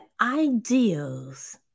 ideals